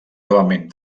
novament